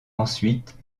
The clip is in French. ensuite